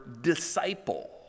disciple